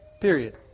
Period